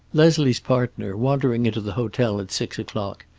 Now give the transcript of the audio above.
leslie's partner, wandering into the hotel at six o'clock,